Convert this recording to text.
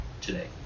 today